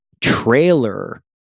trailer